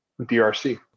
DRC